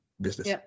business